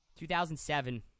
2007